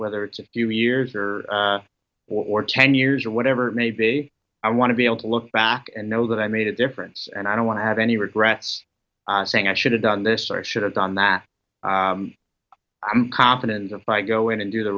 whether it's a few years or four or ten years or whatever it may be i want to be able to look back and know that i made a difference and i don't want to have any regrets saying i should have done this or should have done that i'm confident if i go in and do the